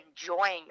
enjoying